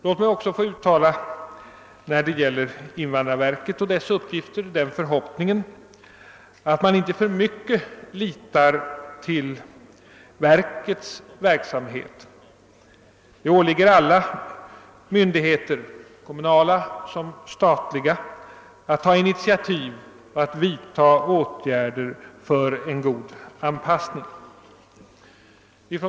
Låt mig även få uttala den förhoppningen när det gäller invandrarverket och dess uppgifter att man inte för mycket litar enbart till verkets arbete. Det åligger alla myndigheter — kommunala som statliga — att ta initiativ och genomföra åtgärder för en god anpassning.